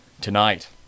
tonight